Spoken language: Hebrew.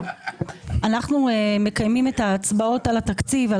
אנחנו מקיימים את ההצבעות על התקציב על